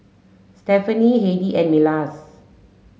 Stefani Heidy and Milas